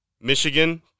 Michigan